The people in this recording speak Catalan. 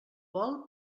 vol